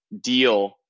deal